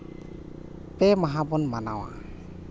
ᱯᱮ ᱢᱟᱦᱟ ᱵᱚᱱ ᱢᱟᱱᱟᱣᱟ